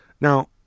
Now